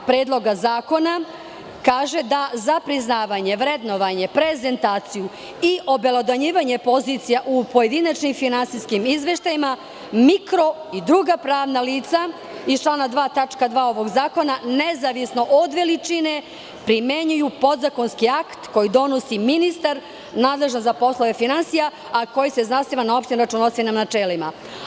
Predloga zakona kaže – za priznavanje, vrednovanje, prezentaciju i obelodanjivanje pozicija u pojedinačnim finansijskim izveštajima mikro i druga pravna lica iz člana 2. tačka 2. ovog zakona nezavisno od veličine primenjuju podzakonski akt koji donosi ministar nadležan za poslove finansija, a koji se zasniva na opštim računovodstvenim načelima.